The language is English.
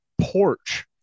porch